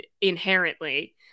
inherently